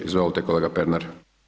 Izvolite kolega Pernar.